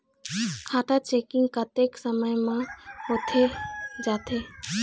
खाता चेकिंग कतेक समय म होथे जाथे?